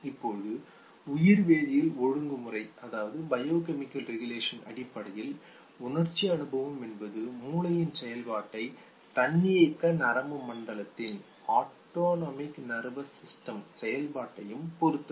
இப்போது உயிர்வேதியியல் ஒழுங்குமுறை அடிப்படையில் உணர்ச்சி அனுபவம் என்பது மூளையின் செயல்பாட்டையும் தன்னியக்க நரம்பு மண்டலத்தின் ஆடோனோமிக் நெர்வோஸ் சிஸ்டம் செயல்பாட்டையும் பொறுத்தது